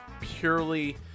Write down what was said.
purely